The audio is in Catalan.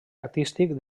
artístic